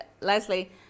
Leslie